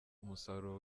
umusaruro